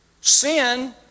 Sin